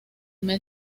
mes